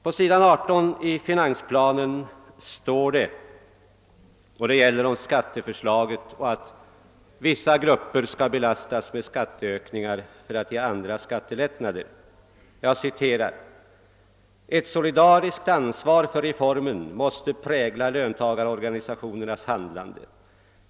På s. 18 i finansplanen, där skatteförslaget berörs och där det talas om att vissa grupper får ökade bördor för att andra skall ges skattelättnader, heter det: »Ett solidariskt ansvar för reformen måste prägla löntagarorganisationernas handlande.